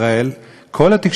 כל התקשורת האוסטרית